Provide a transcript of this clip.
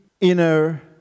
inner